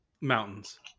Mountains